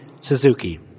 Suzuki